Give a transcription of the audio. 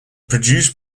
produced